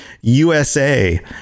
USA